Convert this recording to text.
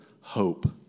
hope